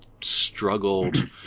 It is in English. struggled